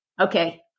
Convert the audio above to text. Okay